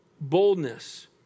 boldness